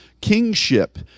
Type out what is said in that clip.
kingship